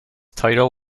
title